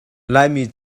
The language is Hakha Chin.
laimi